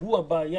הוא בעצם הבעיה